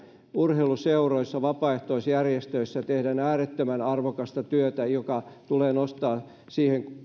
urheiluseuroissa vapaaehtoisjärjestöissä tehdään äärettömän arvokasta työtä joka tulee nostaa siihen